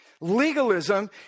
Legalism